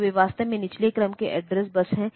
इसी तरह एक RESET बार पिन है